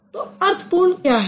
तो अर्थपूर्ण क्या है